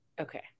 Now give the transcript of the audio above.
Okay